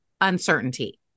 uncertainty